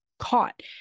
caught